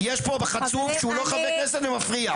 יש פה חצוף שהוא לא חבר כנסת ומפריע.